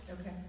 Okay